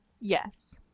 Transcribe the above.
yes